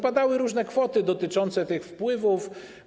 Padały różne kwoty dotyczące tych wpływów.